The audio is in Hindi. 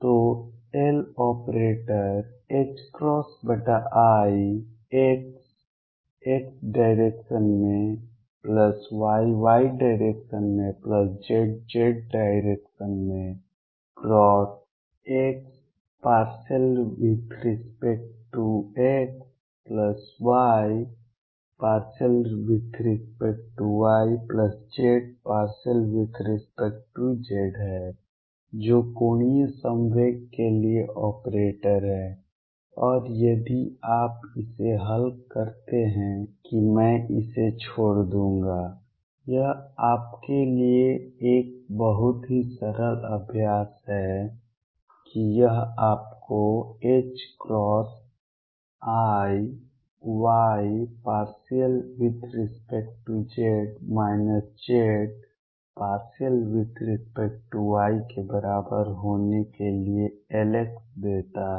तो Loperator ixxyyzz×x∂xy∂yz∂z है जो कोणीय संवेग के लिए ऑपरेटर है और यदि आप इसे हल करते हैं कि मैं इसे छोड़ दूंगा यह आपके लिए एक बहुत ही सरल अभ्यास है कि यह आपको i y∂z z∂y के बराबर होने के लिए Lx देता है